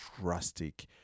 drastic